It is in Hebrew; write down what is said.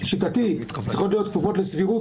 שלשיטתי צריכות להיות כפופות לסבירות